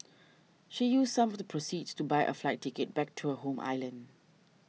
she used some of the proceeds to buy a flight ticket back to her home island